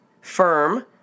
Firm